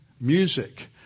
music